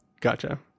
Gotcha